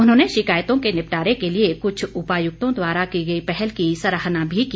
उन्होंने शिकायतों के निपटारे के लिए कुछ उपायुक्तों द्वारा की गई पहल की सराहना भी की